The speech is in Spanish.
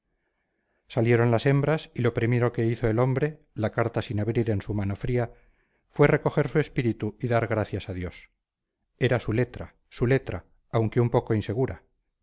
salieron las hembras y lo primero que hizo el hombre la carta sin abrir en su mano fría fue recoger su espíritu y dar gracias a dios era su letra su letra aunque un poco insegura